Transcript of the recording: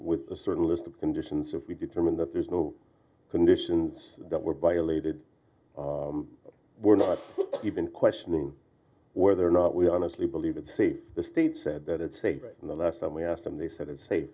with a certain list of conditions of we determine that there's no conditions that were violated we're not even questioning whether or not we honestly believe it's safe the state said that it's a great and the last time we asked and they said it's safe